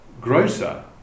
grocer